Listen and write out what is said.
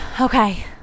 okay